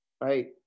right